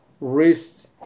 wrist